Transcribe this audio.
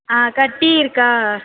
ஆ அக்கா டீ இருக்கா